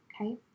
okay